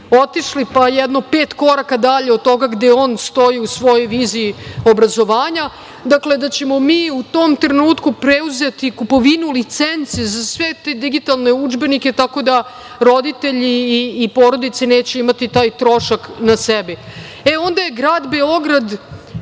otišli jedno pet koraka dalje od toga gde on stoji u svojoj viziji obrazovanja. Mi ćemo u tom trenutku preuzeti kupovinu licence za sve te digitalne udžbenike, tako da roditelji i porodice neće imati taj trošak na sebi. Onda je grad Beograd